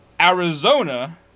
Arizona